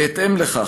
בהתאם לכך,